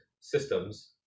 systems